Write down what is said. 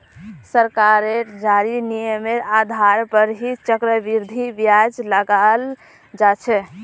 सरकारेर जारी नियमेर आधार पर ही चक्रवृद्धि ब्याज लगाल जा छे